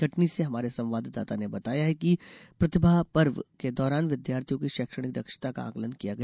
कटनी से हमारे संवाददाता ने बताया है कि प्रतिभापर्व के दौरान विद्यार्थियों की शैक्षणिक दक्षता का आंकलन किया गया